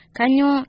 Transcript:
Kanyo